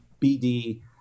BD